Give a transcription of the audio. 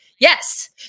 Yes